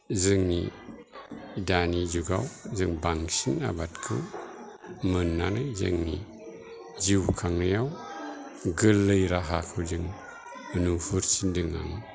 जोंनि दानि जुगाव जों बांसिन आबादखौ मोन्नानै जोंनि जिउ खांनायाव गोरलै राहाखौ जों नुहरसिनदों आं